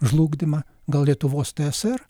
žlugdymą gal lietuvos tsr